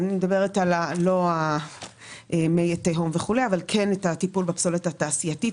אני מדברת לא מי תהום וכו' אבל כן טיפול בפסולת התעשייתית.